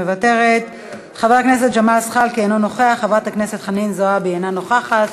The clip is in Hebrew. מוותרת, חבר הכנסת ג'מאל זחאלקה, אינו נוכח,